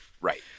Right